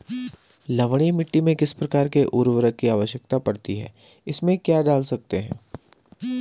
लवणीय मिट्टी में किस प्रकार के उर्वरक की आवश्यकता पड़ती है इसमें क्या डाल सकते हैं?